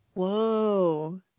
whoa